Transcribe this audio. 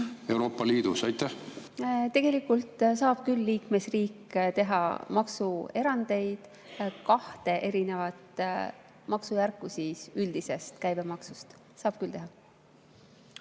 Euroopa Liidus? Tegelikult saab küll liikmesriik teha maksuerandeid, kahte erinevat maksujärku üldisest käibemaksust. Saab küll teha.